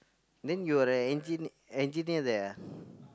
then you're the engi~ engineer there ah